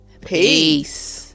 peace